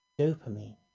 Dopamine